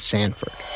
Sanford